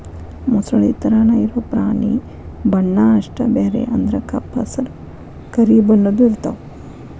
ಮೊಸಳಿ ತರಾನ ಇರು ಪ್ರಾಣಿ ಬಣ್ಣಾ ಅಷ್ಟ ಬ್ಯಾರೆ ಅಂದ್ರ ಕಪ್ಪ ಹಸರ, ಕರಿ ಬಣ್ಣದ್ದು ಇರತಾವ